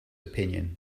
opinion